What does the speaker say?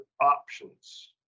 options